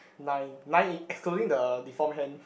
nine nine excluding the deform hand